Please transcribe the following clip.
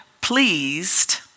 pleased